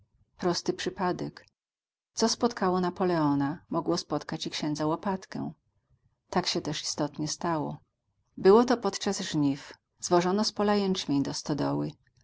prosty przypadek co spotkało napoleona mogło spotkać i księdza łopatkę tak się też istotnie stało było to podczas żniw zwożono z pola